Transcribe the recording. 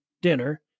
dinner